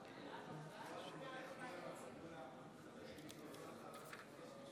התוצאות: 43